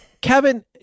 Kevin